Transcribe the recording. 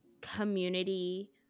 community